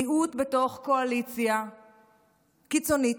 מיעוט בתוך קואליציה קיצונית,